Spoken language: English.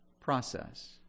process